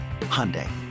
Hyundai